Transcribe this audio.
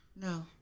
No